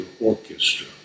orchestra